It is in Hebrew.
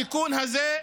התיקון הזה,